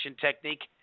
technique